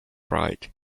pride